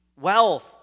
wealth